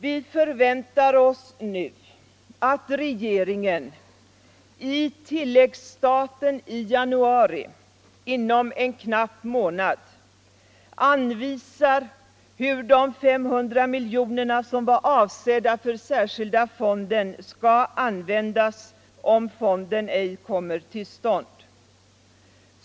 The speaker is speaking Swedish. Vi förväntar oss nu att regeringen i tilläggsstaten i januari — inom en knapp månad — anvisar hur de 500 miljonerna, som var avsedda för särskilda fonden, skall användas om fonden ej kommer till stånd.